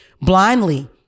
blindly